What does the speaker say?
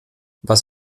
was